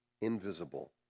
invisible